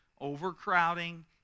Overcrowding